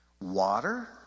Water